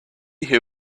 who